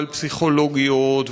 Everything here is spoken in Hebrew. על פסיכולוגיות,